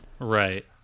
Right